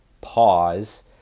pause